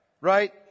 Right